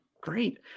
Great